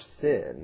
sin